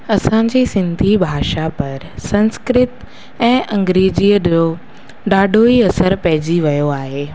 असांजी सिंधी भाषा पर संस्कृत ऐं अंग्रेजीअ जो ॾाढो ई असरु पइजी वियो आहे